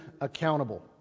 accountable